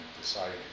deciding